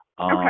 Okay